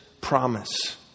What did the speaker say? promise